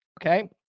okay